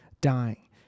Dying